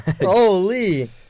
Holy